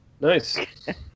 Nice